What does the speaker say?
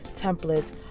templates